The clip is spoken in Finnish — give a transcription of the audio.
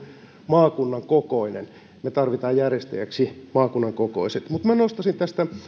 maakunnan kokoinen me tarvitsemme järjestäjiksi maakunnan kokoiset toimijat minä nostaisin tästä